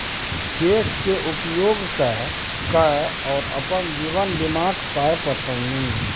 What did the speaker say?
cheque केर उपयोग क कए ओ अपन जीवन बीमाक पाय पठेलनि